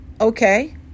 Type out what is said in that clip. Okay